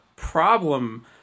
problem